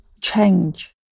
change